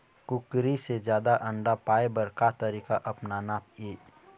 कुकरी से जादा अंडा पाय बर का तरीका अपनाना ये?